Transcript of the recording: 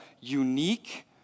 unique